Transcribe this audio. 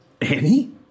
Annie